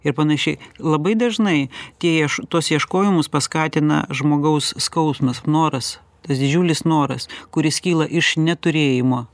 ir panašiai labai dažnai tie ieš tuos ieškojimus paskatina žmogaus skausmas noras tas didžiulis noras kuris kyla iš neturėjimo